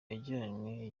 yajyanywe